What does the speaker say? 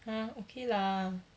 !huh! okay lah